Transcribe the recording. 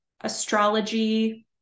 astrology